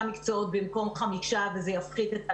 מקצועות במקום חמישה וזה יפחית את הלחץ,